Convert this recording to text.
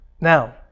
Now